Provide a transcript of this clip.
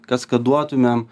kas ką duotumėm